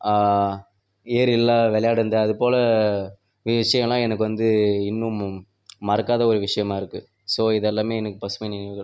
ஏரியில்லாம் விளையாட இந்த அது போல விஷயம்லாம் எனக்கு வந்து இன்னும் மறக்காத ஒரு விஷயமா இருக்கு ஸோ இதெல்லாமே எனக்கு பசுமை நினைவுகள்